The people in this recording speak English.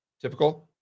typical